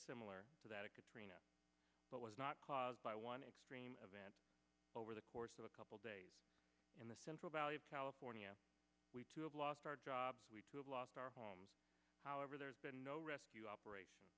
similar to that of katrina but was not caused by one extreme event over the course of a couple days in the central valley of california we have lost our jobs we have lost our homes however there's been no rescue operation